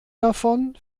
davon